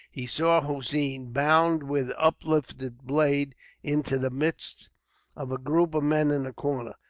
he saw hossein bound with uplifted blade into the midst of a group of men in the corner.